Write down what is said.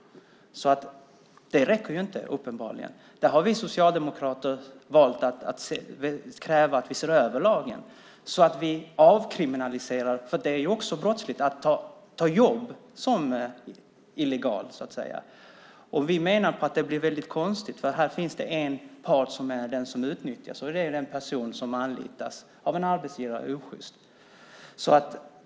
Den lagstiftning vi har räcker uppenbarligen inte, och därför har vi socialdemokrater valt att kräva att vi ser över lagen så att detta avkriminaliseras. Det är nämligen brottsligt att ta jobb om man är här illegalt. Vi menar att det blir konstigt eftersom här finns en part som utnyttjas, nämligen den som på ett osjyst sätt anlitas av en arbetsgivare.